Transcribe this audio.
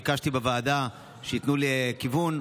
ביקשתי בוועדה שייתנו לי כיוון,